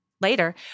Later